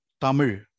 Tamil